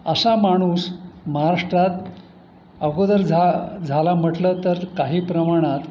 असा माणूस महाराष्ट्रात अगोदर झा झाला म्हटलं तर काही प्रमाणात